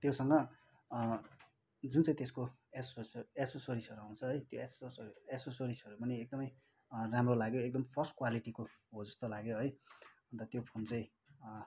त्योसँग जुन चाहिँ त्यसको एसो एसोसोरिसहरू आउँछ है त्यो एसोसोरिसहरू पनि एकदमै राम्रो लाग्यो एकदम फर्स्ट क्वालिटीको हो जस्तो लाग्यो है अन्त त्यो फोन चाहिँ